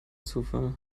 zufall